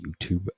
YouTube